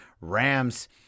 Rams